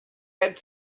had